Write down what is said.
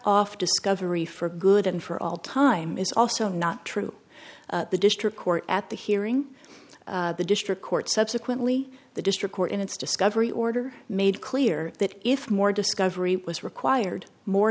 off discovery for good and for all time is also not true the district court at the hearing the district court subsequently the district court in its discovery order made clear that if more discovery was required more